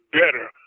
better